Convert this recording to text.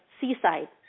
seaside